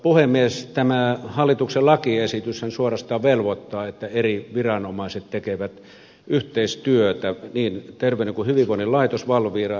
tämä hallituksen lakiesityshän suorastaan velvoittaa että eri viranomaiset tekevät yhteistyötä niin terveyden ja hyvinvoinnin laitos valvira kuin fimea